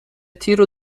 تیرو